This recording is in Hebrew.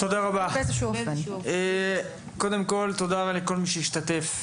תודה לכל מי שהשתתף.